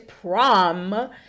prom